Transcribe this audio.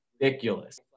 ridiculous